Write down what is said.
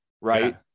right